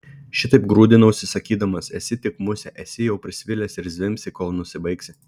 šitaip grūdinausi sakydamas esi tik musė esi jau prisvilęs ir zvimbsi kol nusibaigsi